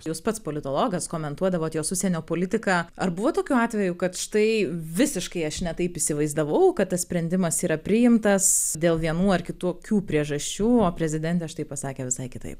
jūs pats politologas komentuodavot jos užsienio politiką ar buvo tokių atvejų kad štai visiškai aš ne taip įsivaizdavau kad tas sprendimas yra priimtas dėl vienų ar kitokių priežasčių o prezidentė štai pasakė visai kitaip